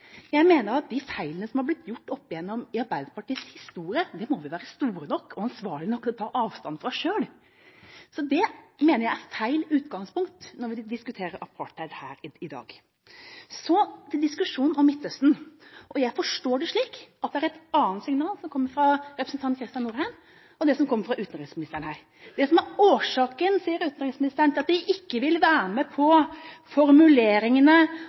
Jeg mener at de feilene som er blitt gjort opp igjennom Arbeiderpartiets historie, må vi være store nok og ansvarlige nok til å ta avstand fra selv. Så det mener jeg er feil utgangspunkt når vi diskuterer apartheid her i dag. Så til diskusjonen om Midtøsten. Jeg forstår det slik at det er et annet signal som kommer fra representanten Kristian Norheim, enn det som kommer fra utenriksministeren. Det som er årsaken, sier utenriksministeren, til at de ikke vil være med på formuleringene